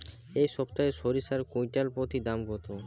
এই সপ্তাহে সরিষার কুইন্টাল প্রতি দাম কত?